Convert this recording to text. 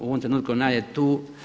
U ovom trenutku ona je tu.